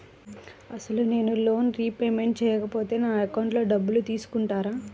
అసలు నేనూ loan repayment చేయకపోతే నా అకౌంట్లో డబ్బులు తీసుకుంటారా?